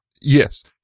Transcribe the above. Yes